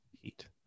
heat